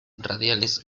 radiales